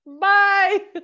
Bye